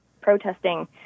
protesting